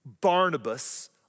Barnabas